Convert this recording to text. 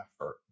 effort